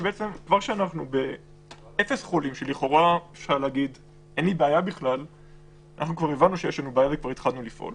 כבר כשאנחנו עם אפס חולים כבר הבנו שיש לנו בעיה וכבר התחלנו לפעול.